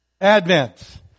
Advent